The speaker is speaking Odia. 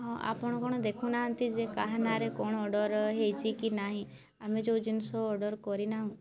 ହଁ ଆପଣ କ'ଣ ଦେଖୁ ନାହାନ୍ତି ଯେ କାହା ନାଁରେ କ'ଣ ଅର୍ଡ଼ର ହେଇଛି କି ନାହିଁ ଆମେ ଯେଉଁ ଜିନିଷ ଅର୍ଡ଼ର କରି ନାହୁଁ